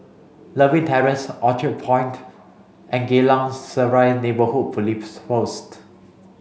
Lewin Terrace Orchard Point and Geylang Serai Neighbourhood Police Post